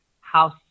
house